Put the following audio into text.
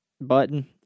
button